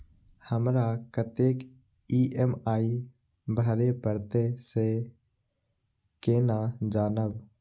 हमरा कतेक ई.एम.आई भरें परतें से केना जानब?